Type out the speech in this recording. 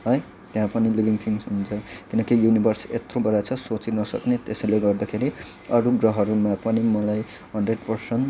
है त्यहाँ पनि लिभिङ थिङ्स हुन्छ किनकि युनिभर्स यत्रो बडा छ सोची नसक्ने त्यसैले गर्दाखेरि अरू ग्रहहरूमा पनि मलाई हन्ड्रेड पर्सेन्ट